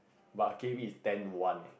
but K_V is ten one eh